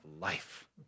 life